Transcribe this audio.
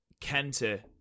Kenta